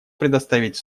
предоставить